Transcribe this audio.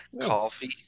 coffee